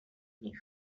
knih